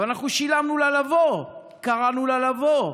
אבל אנחנו שילמנו לה לבוא, קראנו לה לבוא.